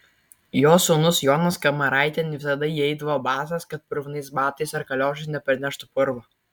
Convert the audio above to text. jos sūnus jonas kamaraitėn visada įeidavo basas kad purvinais batais ar kaliošais neprineštų purvo